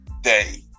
day